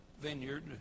vineyard